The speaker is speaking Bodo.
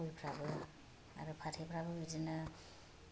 गयफ्राबो आरो फाथैफ्राबो बिदिनो